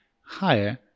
higher